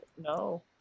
no